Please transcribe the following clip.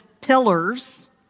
pillars